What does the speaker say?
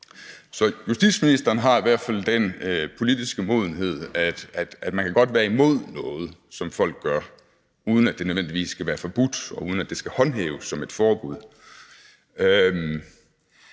Så justitsministeren har i hvert fald den politiske modenhed, at man godt kan være imod noget, som folk gør, uden at det nødvendigvis skal være forbudt, og uden at det skal håndhæves som et forbud.